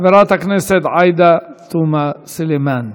חברת הכנסת עאידה תומא סלימאן.